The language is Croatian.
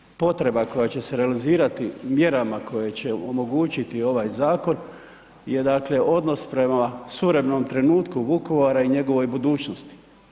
Druga potreba koja će se realizirati mjerama koje će omogućiti ovaj zakon je dakle odnos prema suvremenom trenutku Vukovara i njegove budućnosti.